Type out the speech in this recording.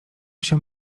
się